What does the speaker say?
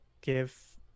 give